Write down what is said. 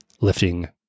lifting